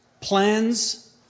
plans